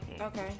Okay